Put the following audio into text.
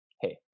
hey